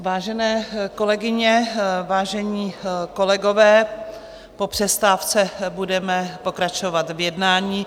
Vážené kolegyně, vážení kolegové, po přestávce budeme pokračovat v jednání.